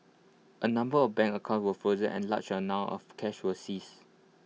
A number of bank accounts were frozen and A large amount of cash was seized